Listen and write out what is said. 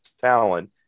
talent